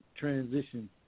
transition